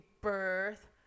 birth